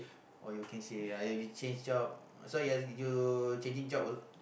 oh you can say ya uh you change job so you're you changing job al~